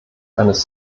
eines